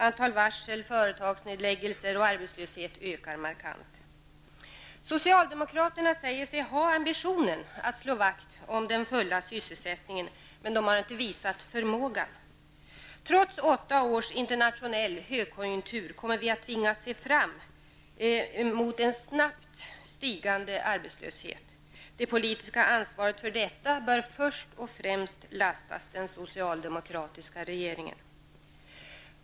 Antal varsel, företagsnedläggelser och arbetslöshet ökar markant. Socialdemokraterna säger sig ha ambitionen att slå vakt om den fulla sysselsättningen, men de har inte visat förmågan. Trots åtta års internationell högkonjunktur kommer vi att tvingas se fram emot en snabbt stigande arbetslöshet. Det politiska ansvaret för detta bör först och främst lastas den socialdemokratiska regeringen.